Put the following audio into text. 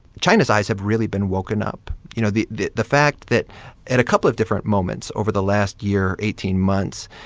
china's eyes have really been woken up. you know, the the fact that at a couple of different moments over the last year, eighteen months,